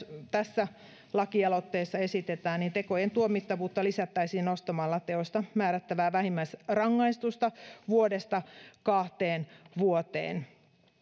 tässä lakialoitteessa esitetään myös että tekojen tuomittavuutta lisättäisiin nostamalla teosta määrättävää vähimmäisrangaistusta vuodesta kahteen vuoteen